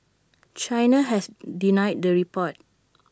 China has denied the reports